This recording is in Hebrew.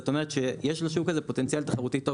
זאת אומרת שיש לשוק הזה פוטנציאל תחרותי טוב